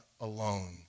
alone